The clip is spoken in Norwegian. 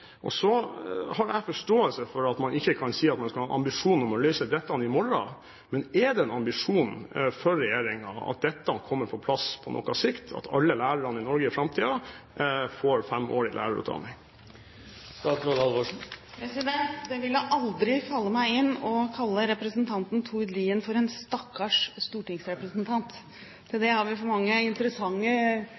Så har jeg forståelse for at man ikke kan si at man har ambisjon om å løse dette i morgen. Men er det en ambisjon for regjeringen at dette kommer på plass på sikt, at alle lærerne i Norge i framtiden får femårig lærerutdanning? Det ville aldri falle meg inn å kalle representanten Tord Lien for «en stakkars stortingsrepresentant». Til det har vi for mange interessante